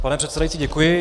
Pane předsedající, děkuji.